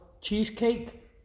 cheesecake